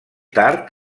tard